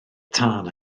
tân